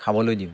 খাবলৈ দিওঁ